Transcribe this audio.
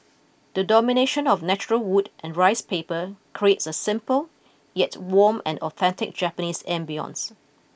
the domination of natural wood and rice paper creates a simple yet warm and authentic Japanese ambience